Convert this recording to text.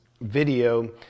video